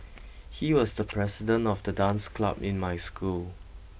he was the president of the dance club in my school